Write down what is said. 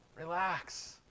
relax